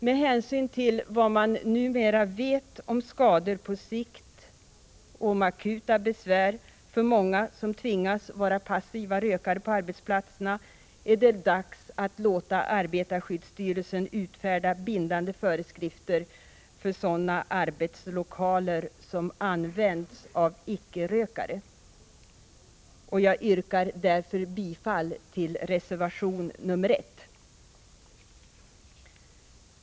Med hänsyn till vad man numera vet om skador på sikt och om akuta besvär för många som tvingas vara passiva rökare på arbetsplatser, är det dags att låta arbetarskyddsstyrelsen utfärda bindande föreskrifter för arbetslokaler som används av icke-rökare. Jag yrkar därför bifall till reservation 1.